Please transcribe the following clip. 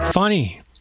funny